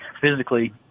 physically